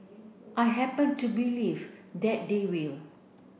I happen to believe that they will